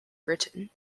britain